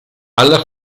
alla